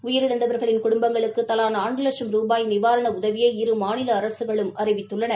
உயிரிழந்தவர்களின் குடும்பங்களுக்கு தலா நான்கு லட்சும் ரூபாய் நிவாரண உதவியை இரு மாநில அரசுகளும் அறிவித்துள்ளன